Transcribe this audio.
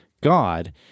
God